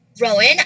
Rowan